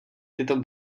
tyto